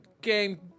game